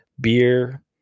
beer